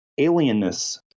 alienness